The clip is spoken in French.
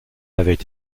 avait